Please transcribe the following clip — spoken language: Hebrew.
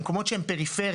במקומות שהם פריפריה,